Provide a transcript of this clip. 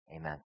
Amen